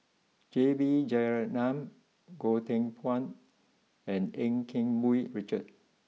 J B Jeyaretnam Goh Teck Phuan and Eu Keng Mun Richard